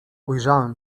ujrzałem